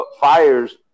fires